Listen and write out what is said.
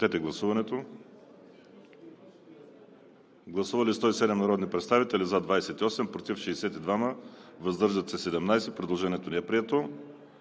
Валери Жаблянов. Гласували 107 народни представители: за 28, против 62, въздържали се 17. Предложението не е прието.